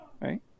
right